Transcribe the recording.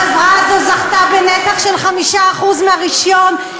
החברה הזו זכתה בנתח של 5% מהרישיון,